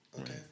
Okay